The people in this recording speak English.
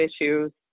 issues